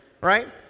Right